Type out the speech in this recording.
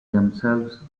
themselves